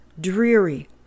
dreary